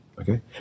okay